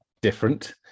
different